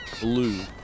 blue